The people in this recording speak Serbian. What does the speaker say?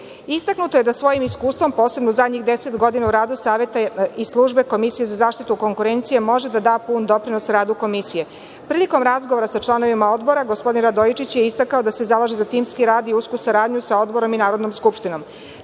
Istaknuto je da svojim iskustvom, posebno u zadnjih deset godina u radu Saveta i Službe Komisije za zaštitu konkurencije, može da da pun doprinos radu Komisije. Prilikom razgovora sa članovima Odbora, gospodin Radojičić je istakao da se zalaže za timski rad i usku saradnju sa Odborom i Narodnom skupštinom.